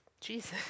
Jesus